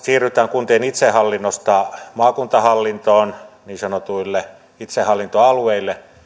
siirrytään kuntien itsehallinnosta maakuntahallintoon niin sanotuille itsehallintoalueille